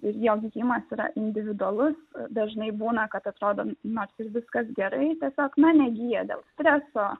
jo gijimas yra individualus dažnai būna kad atrodo nors ir viskas gerai tiesiog na negyja dėl streso